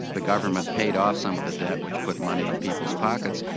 the government paid off some of the debt, which put money in people's pockets,